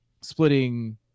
splitting